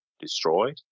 destroyed